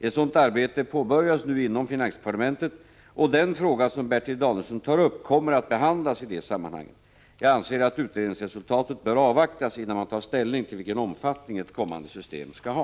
Ett sådant arbete påbörjas nu inom finansdepartementet, och den fråga som Bertil Danielsson tar upp kommer att behandlas i det sammanhanget. Jag anser att utredningsresultatet bör avvaktas innan man tar ställning till vilken omfattning ett kommande system skall ha.